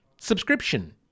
subscription